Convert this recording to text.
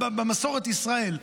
במסורת ישראל.